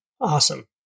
Awesome